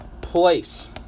place